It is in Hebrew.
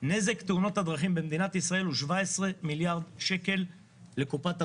נזק תאונות הדרכים במדינת ישראל הוא 17 מיליארד שקל לקופת המדינה.